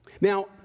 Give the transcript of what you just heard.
Now